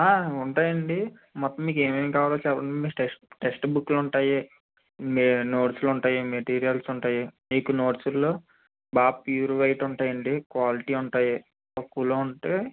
ఉంటాయి అండి మొత్తం మీకు ఏమేమి కావాలో చెప్ టెస్ట్ టెక్స్ట్ బుక్కులు ఉంటాయి మె నోట్సులు ఉంటాయి మెటీరియల్స్ ఉంటాయి మీకు నోట్సులో బాగా ప్యూర్ వైట్ ఉంటాయి అండి క్వాలిటీ ఉంటాయి తక్కువలో ఉంటే